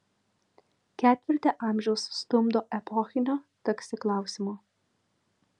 ketvirtį amžiaus stumdo epochinio taksi klausimo